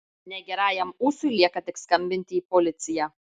negerajam ūsui lieka tik skambinti į policiją